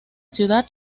ciudad